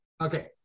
Okay